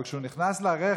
כשהוא נכנס לרכב,